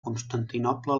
constantinoble